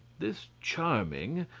this charming,